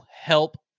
help